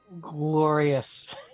Glorious